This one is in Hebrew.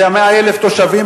זה 100,000 תושבים,